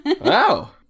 Wow